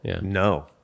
no